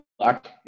luck